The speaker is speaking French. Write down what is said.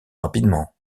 rapidement